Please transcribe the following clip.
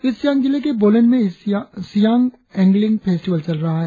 east Siang जिले के बोलेन में सियांग एंगलिंग फेस्टिवल चल रहा है